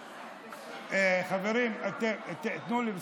חברים, תנו לי.